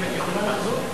הרכבת יכולה לחזור.